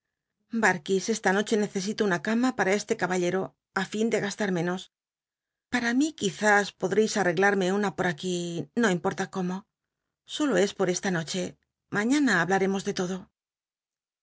dal'lds esta noche necesito una cama para este caballero ü fin de gasta menos para mi quizás podreis neglarmc una po aquí no importa cómo solo es poi esta noche mañana hablaremos de lodo